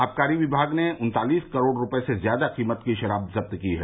आबकारी विभाग ने उन्तालीस करोड़ रूपये से ज़्यादा कीमत की शराब जुब्त की है